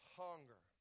hunger